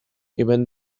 even